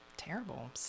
Terrible